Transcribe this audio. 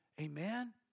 Amen